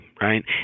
right